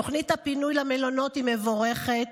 תוכנית הפינוי למלונות היא מבורכת,